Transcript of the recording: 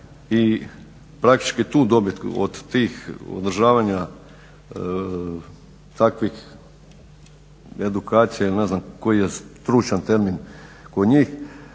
i praktički tu dobit od tih održavanja takvih edukacija ili ne znam koji je stručan termin kod njih